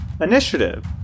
initiative